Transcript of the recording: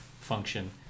function